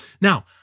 Now